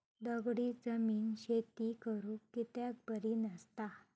दगडी जमीन शेती करुक कित्याक बरी नसता?